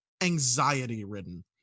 anxiety-ridden